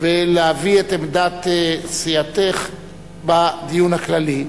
ולהביא את עמדת סיעתך בדיון הכללי.